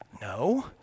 no